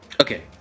Okay